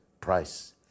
price